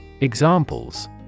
Examples